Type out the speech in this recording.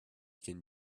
can